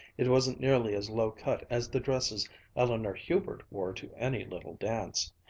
it wasn't nearly as low cut as the dresses eleanor hubert wore to any little dance.